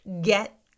get